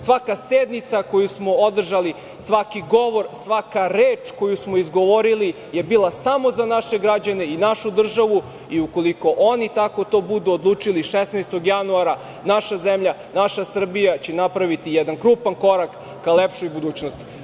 Svaka sednica koju smo održali, svaki govor, svaka reč koju smo izgovorili je bila samo za naše građane i našu državu i ukoliko oni tako to budu odlučili 16. januara naša zemlja, naša Srbija će napraviti jedan krupan korak ka lepšoj budućnosti.